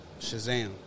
shazam